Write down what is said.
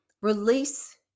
release